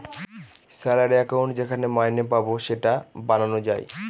salary account যেখানে মাইনে পাবো সেটা বানানো যায়